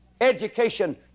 education